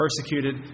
persecuted